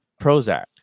Prozac